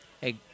Hey